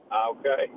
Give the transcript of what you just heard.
Okay